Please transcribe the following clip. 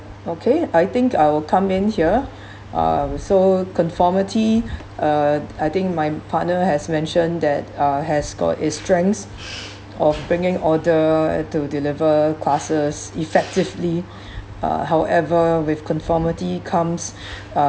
okay I think I will come in here uh so conformity uh I think my partner has mentioned that uh has scored its strengths of bringing order to deliver classes effectively uh however with conformity comes